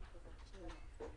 באופן עקרוני, סליחה שאני שוב קוטע,